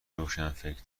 روشنفکر